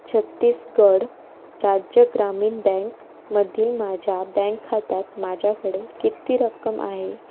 छत्तीसगढ राज्य ग्रामीण बँकमधील माझ्या बँक खात्यात माझ्याकडे किती रक्कम आहे